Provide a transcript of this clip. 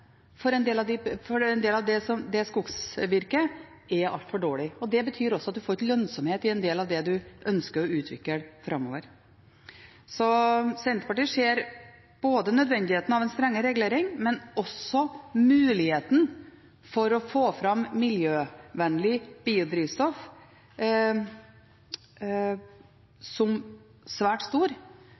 for en del av det skogsvirket er altfor dårlig. Det betyr også at man ikke får lønnsomhet i en del av det man ønsker å utvikle framover. Senterpartiet ser nødvendigheten av en strengere regulering, men ser også muligheten for å få fram miljøvennlig biodrivstoff som svært stor,